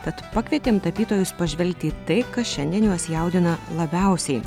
tad pakvietėm tapytojus pažvelgti į tai kas šiandien juos jaudina labiausiai